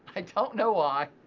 i don't know why.